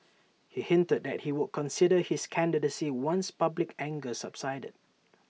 he hinted that he would consider his candidacy once public anger subsided